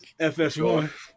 FS1